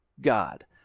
God